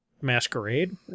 Masquerade